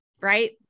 right